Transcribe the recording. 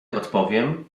odpowiem